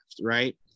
right